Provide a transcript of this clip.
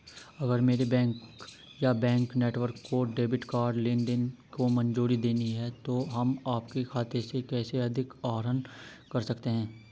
अगर मेरे बैंक या बैंक नेटवर्क को डेबिट कार्ड लेनदेन को मंजूरी देनी है तो हम आपके खाते से कैसे अधिक आहरण कर सकते हैं?